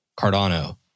Cardano